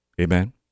Amen